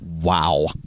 wow